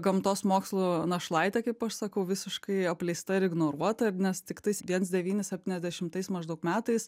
gamtos mokslų našlaitė kaip aš sakau visiškai apleista ir ignoruota nes tiktai viens devyni septyniasdešimtais maždaug metais